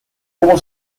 como